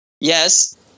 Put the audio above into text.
yes